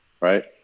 right